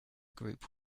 group